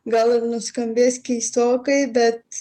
gal ir nuskambės keistokai bet